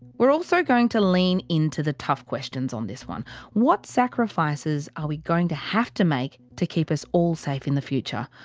we're also going to lean in to the tough questions on this one what sacrifices are we going to have to make to keep us all safe in the future?